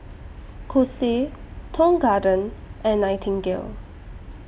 Kose Tong Garden and Nightingale